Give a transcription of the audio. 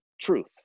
truth